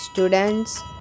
Students